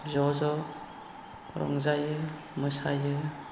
ज' ज' रंजायो मोसायो